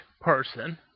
person